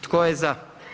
Tko je za?